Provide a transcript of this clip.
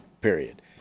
period